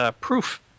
proof